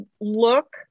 look